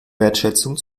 wertschätzung